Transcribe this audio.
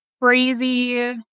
crazy